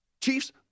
Chiefs